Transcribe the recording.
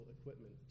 equipment